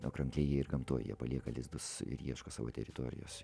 o krankliai jie ir gamtoj jie palieka lizdus ir ieško savo teritorijos